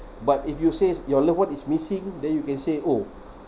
but if you say your loved one is missing then you can say oh